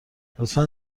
لطفا